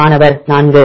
மாணவர் 4